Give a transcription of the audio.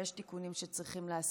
ויש תיקונים שצריך לעשות.